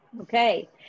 Okay